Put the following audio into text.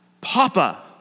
Papa